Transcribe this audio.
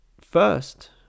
first